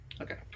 Okay